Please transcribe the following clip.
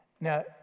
Now